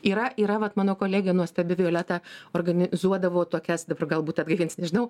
yra yra vat mano kolegė nuostabi violeta organizuodavo tokias dabar galbūt atgaivins nežinau